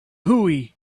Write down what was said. hooey